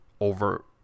over